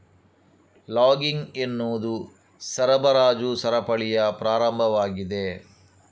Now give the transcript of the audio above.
logging ಎನ್ನುವುದು ಸರಬರಾಜು ಸರಪಳಿಯ ಪ್ರಾರಂಭವಾಗಿದೆ